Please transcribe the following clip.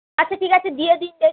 আচ্ছা ঠিক আছে দিয়ে দিন দেখি